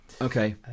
Okay